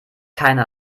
keine